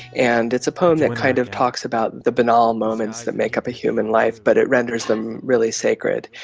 and it's a poem that kind of talks about the banal moments that make up a human life, but it renders them really sacred.